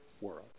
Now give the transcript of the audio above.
world